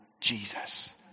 Jesus